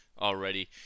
already